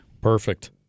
Perfect